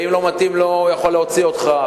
ואם לא מתאים לו הוא יכול להוציא אותך.